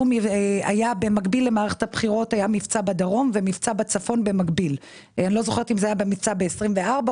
מבצע בדרום ומבצע בצפון במקביל למערכת הבחירות.